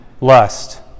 lust